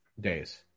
days